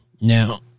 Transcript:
Now